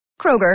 Kroger